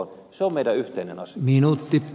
se on meidän yhteinen asia